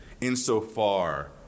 insofar